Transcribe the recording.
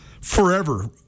forever